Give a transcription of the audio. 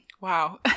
Wow